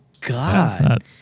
God